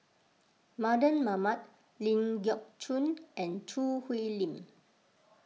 Mardan Mamat Ling Geok Choon and Choo Hwee Lim